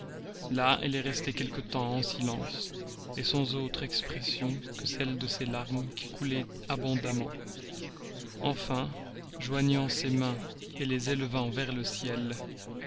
là elle est restée quelque temps en silence sans autre expression que celle de ses larmes qui coulaient abondamment enfin joignant ses mains les élevant vers le ciel